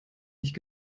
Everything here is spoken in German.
nicht